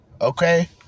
Okay